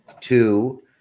Two